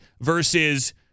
Versus